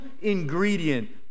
ingredient